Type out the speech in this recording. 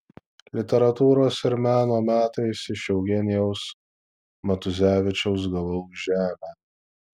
literatūros ir meno metais iš eugenijaus matuzevičiaus gavau žemę